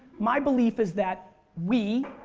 my belief is that we,